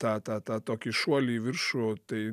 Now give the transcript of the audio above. tą tą tokį šuolį į viršų tai